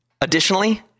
Additionally